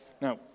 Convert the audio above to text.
Now